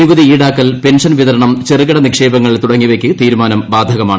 നികുതി ഈടാക്കൽ പെൻഷൻ വിതരണം ചെറുകിട നിക്ഷേപങ്ങൾ തുടങ്ങിയവയ്ക്ക് തീരുമാനം ബാധകമാണ്